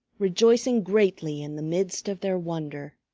rejoicing greatly in the midst of their wonder.